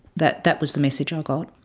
that that was the message i got.